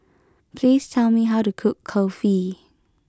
please tell me how to cook Kulfi